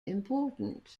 important